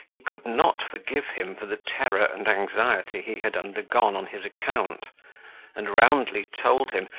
he could not forgive him for the terror and anxiety he had undergone on his account and roundly told him,